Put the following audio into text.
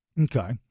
okay